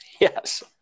yes